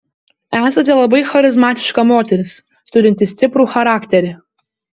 esate labai charizmatiška moteris turinti stiprų charakterį